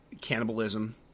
cannibalism